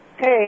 Hey